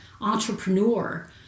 entrepreneur